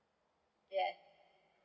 yes